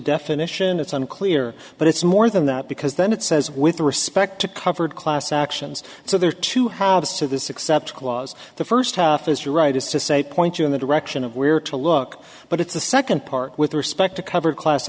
definition it's unclear but it's more than that because then it says with respect to covered class actions so there are two halves to this except clause the first half is your right is to say point you in the direction of where to look but it's the second part with respect to cover class